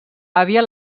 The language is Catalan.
àvia